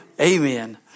Amen